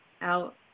out